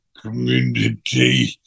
community